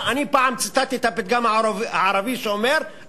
אני פעם ציטטתי את הפתגם הערבי שאומר: